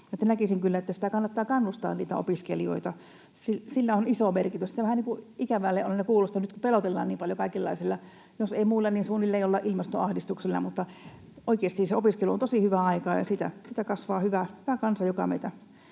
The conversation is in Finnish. Näkisin kyllä, että kannattaa kannustaa niitä opiskelijoita. Sillä on iso merkitys. Vähän ikävältä on kuulostanut, kun pelotellaan niin paljon kaikenlaisella, jos ei muulla niin suunnilleen jollain ilmastoahdistuksella. Mutta oikeasti se opiskelu on tosi hyvää aikaa ja siitä kasvaa hyvä kansa, joka meitä